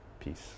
Peace